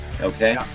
okay